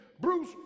Bruce